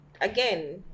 again